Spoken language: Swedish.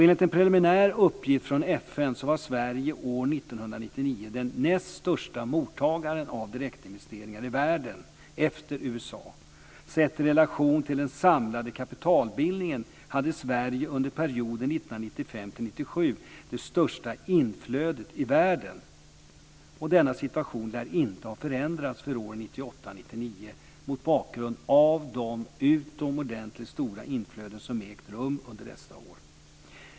Enligt en preliminär uppgift från FN var Sverige år 1999 den näst största mottagaren av direktinvesteringar i världen, efter USA. Sett i relation till den samlade kapitalbildningen hade Sverige under perioden 1995 1997 det största inflödet i världen. Denna situation lär inte ha förändrats för år 1998 och 1999 mot bakgrund av de utomordentligt stora inflöden som har ägt rum under dessa år.